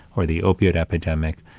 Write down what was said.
or the opioid epidemic,